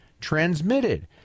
transmitted